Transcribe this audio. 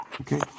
Okay